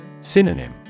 Synonym